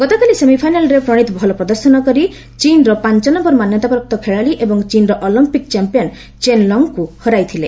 ଗତକାଲି ସେମିଫାଇନାଲ୍ରେ ପ୍ରଶୀତ୍ ଭଲ ପ୍ରଦର୍ଶନ କରି ଚୀନ୍ର ପାଞ୍ଚ ନମର ମାନ୍ୟତାପ୍ରାପ୍ତ ଖେଳାଳୀ ଏବଂ ଚୀନ୍ର ଅଲମ୍ପିକ୍ ଚାମ୍ପିୟନ୍ ଚେନ୍ ଲଙ୍ଗ୍ଙ୍କୁ ହରାଇଥିଲେ